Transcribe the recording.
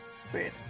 Sweet